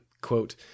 Quote